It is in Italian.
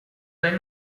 dai